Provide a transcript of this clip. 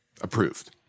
approved